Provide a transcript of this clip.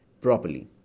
properly